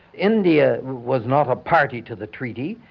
india was not a party to the treaty,